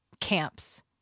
camps